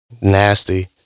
Nasty